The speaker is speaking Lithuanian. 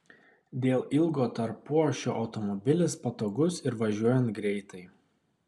dėl ilgo tarpuašio automobilis patogus ir važiuojant greitai